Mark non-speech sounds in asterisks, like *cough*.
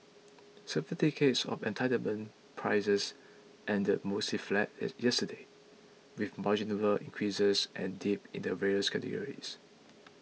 Certificates of Entitlement prices ended mostly flat *unintelligible* yesterday with marginal increases and dips in the various categories